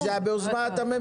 כי זה היה ביוזמת הממשלה.